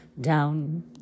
down